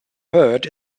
heard